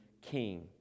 King